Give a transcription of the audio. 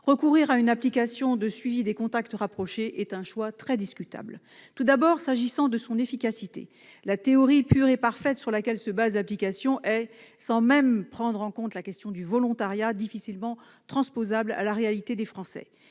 recourir à une application de suivi des contacts rapprochés est un choix très discutable. Sur le plan de l'efficacité, tout d'abord, la théorie pure et parfaite sur laquelle se fonde application est, indépendamment même de la question du volontariat, difficilement transposable à la réalité des Français